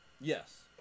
Yes